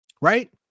right